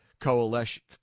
Coalition